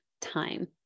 time